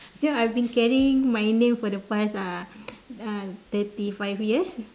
ya I've been carrying my name for the past uh uh thirty five years